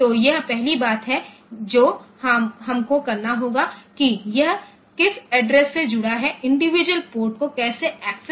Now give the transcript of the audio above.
तो यह पहली बात है जो हमको करना होगा कि यह किस एड्रेस से जुड़ा हैइंडिविजुअल पोर्ट को कैसे एक्सेस करना है